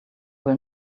will